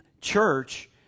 church